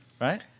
Right